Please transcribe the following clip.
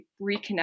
reconnect